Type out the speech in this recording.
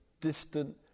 distant